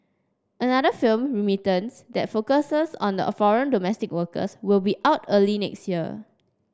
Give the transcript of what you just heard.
another film Remittance that focuses on a foreign domestic workers will be out early next year